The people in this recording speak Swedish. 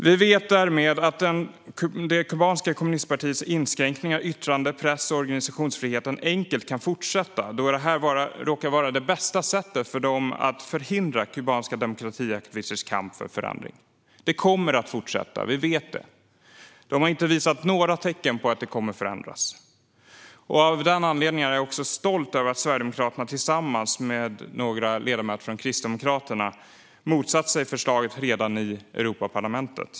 Vi vet därmed att det kubanska kommunistpartiets inskränkningar av yttrande, press och organisationsfriheten enkelt kan fortsätta. Detta råkar bara vara det bästa sättet för dem att förhindra kubanska demokratiaktivisters kamp för förändring. Det kommer att fortsätta. Vi vet det. De har inte visat några tecken på att det kommer att förändras. Av denna anledning är jag stolt över att Sverigedemokraterna tillsammans med några ledamöter från Kristdemokraterna motsatte sig förslaget redan i Europaparlamentet.